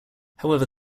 however